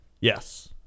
Yes